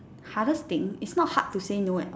hardest thing it's not hard to say no at all